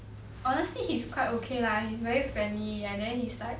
honestly he's quite okay lah he's very friendly and then he's like